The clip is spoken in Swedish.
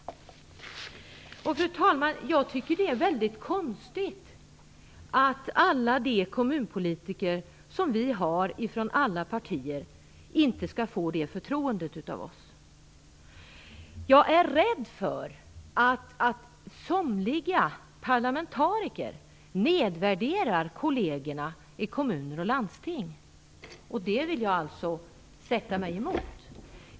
Fru talman! Jag tycker att det är väldigt konstigt att kommunpolitikerna i de olika partierna inte skall få det förtroendet av oss. Jag är rädd för att somliga parlamentariker nedvärderar kollegerna i kommuner och landsting. Det vill jag alltså sätta mig emot.